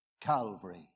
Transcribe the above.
calvary